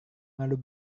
malu